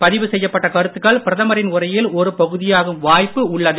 பதிவு செய்யப்பட்ட கருத்துக்கள் பிரதமரின் உரையில் ஒரு பகுதியாகும் வாய்ப்பு உள்ளது